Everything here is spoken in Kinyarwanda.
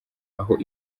aho